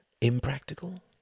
impractical